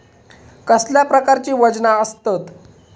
कसल्या प्रकारची वजना आसतत?